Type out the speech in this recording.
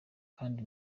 kandi